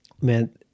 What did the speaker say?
man